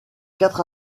quatre